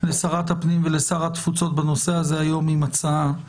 לשרת הפנים ולשר התפוצות בנושא הזה, היום עם הצעה.